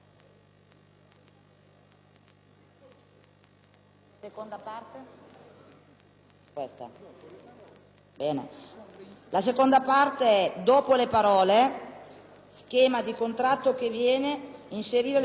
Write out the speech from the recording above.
inquina paga», e dopo le parole: «schema di contratto, che viene», inserire le seguenti: «concordato con l'impresa interessata